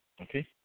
okay